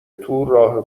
تو، راه